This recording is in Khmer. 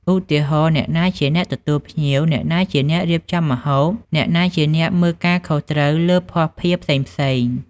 ឧទាហរណ៍ អ្នកណាជាអ្នកទទួលភ្ញៀវ អ្នកណាជាអ្នករៀបចំម្ហូប អ្នកណាជាអ្នកមើលការខុសត្រូវលើភ័ស្តុភារផ្សេងៗ។